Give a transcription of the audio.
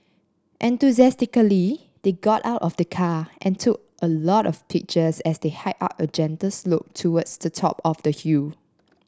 enthusiastically they got out of the car and took a lot of pictures as they hiked up a gentle slope towards the top of the hill